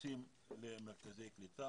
יגיעו למרכזי קליטה